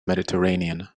mediterranean